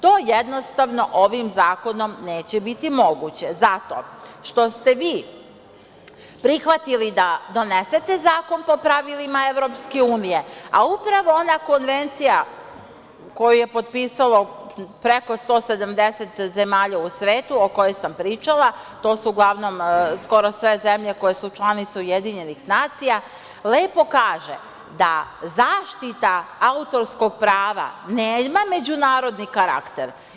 To jednostavno, ovim zakonom neće biti moguće zato što ste vi prihvatili da donesete zakon po pravilima EU, a upravo ona Konvencija koju je potpisalo preko 170 zemalja u svetu o kojoj sam pričala, to su uglavnom sve zemlje koje su članice UN, lepo kaže da zaštita autorskog prava nema međunarodni karakter.